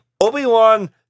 Obi-Wan